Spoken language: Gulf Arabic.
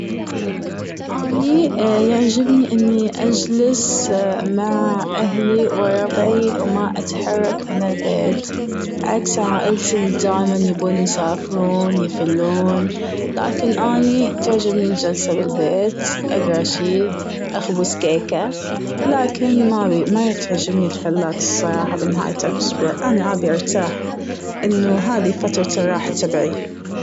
أني يعجبني أني اجلس مع أهلي و ربعي و ما اتحرك من البيت. عكس عائلتي اللي دايماًيبون يسافرون يفلون. لكن أني تعجبني الجلسة بالبيت، اقعد شي اخبز كيكة. لكن ما بي- ما تعجبني محلات الصيافة بنهاية الإسبوع. أنا ابي ارتاح لأنه هذي فترة الراحة تبعي.